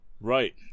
right